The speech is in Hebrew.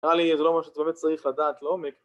נראה לי זה לא משהו שבאמת צריך לדעת לעומק